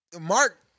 Mark